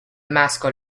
mascot